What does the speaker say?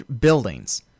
buildings